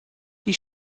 die